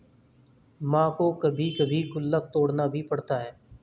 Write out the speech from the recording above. मां को कभी कभी गुल्लक तोड़ना भी पड़ता है